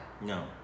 No